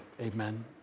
amen